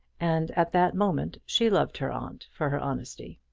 and at that moment she loved her aunt for her honesty.